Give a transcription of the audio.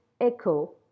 echo